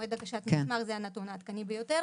למועד הגשת המסמך זה הנתון העדכני ביותר,